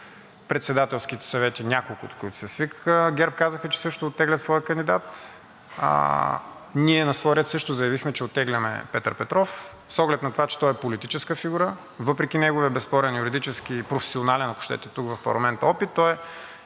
председателските съвети – няколкото, които се свикаха, ГЕРБ казаха, че също оттеглят своя кандидат, ние на свой ред също заявихме, че оттегляме Петър Петров с оглед на това, че той е политическа фигура – въпреки неговия безспорен юридически и професионален, ако щете тук в парламента, опит, той е